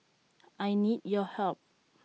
I need your help